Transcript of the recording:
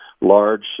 large